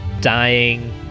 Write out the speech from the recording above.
dying